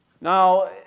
Now